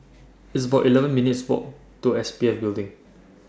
It's about eleven minutes' Walk to S P F Building